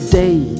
day